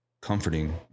comforting